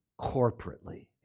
corporately